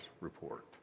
report